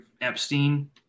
Epstein